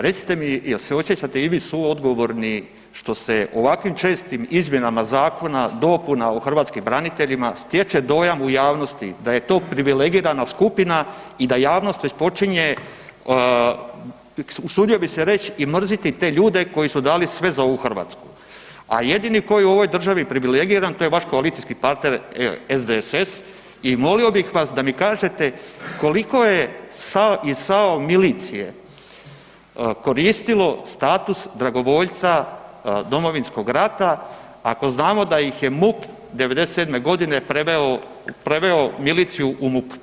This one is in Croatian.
Recite mi, je li se osjećate i vi suodgovorni što se ovakvim čestim izmjenama zakona, dopuna o hrvatskim braniteljima stječe dojam u javnosti da je to privilegirana skupina i da javnost već počinje, usudio bi se reći i mrziti te ljude koji su dali sve za ovu Hrvatsku, a jedini koji u ovoj državi privilegiran, to je vaš koalicijski partner SDSS i molio bih vas da mi kažete, koliko je iz SAO milicije koristilo status dragovoljca Domovinskog rata, ako znamo da ih MUP '97. g. preveo miliciju u MUP.